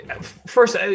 First